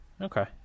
Okay